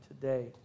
today